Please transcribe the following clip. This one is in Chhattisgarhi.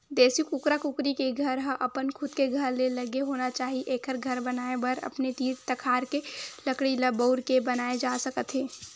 देसी कुकरा कुकरी के घर ह अपन खुद के घर ले लगे होना चाही एखर घर बनाए बर अपने तीर तखार के लकड़ी ल बउर के बनाए जा सकत हे